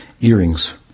earrings